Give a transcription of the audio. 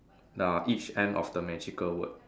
uh each end of the magical word